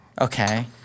Okay